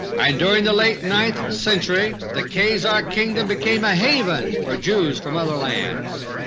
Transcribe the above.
and during the late ninth century the khazar kingdom became a haven for jews from other lands.